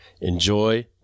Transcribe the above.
enjoy